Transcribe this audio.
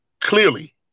clearly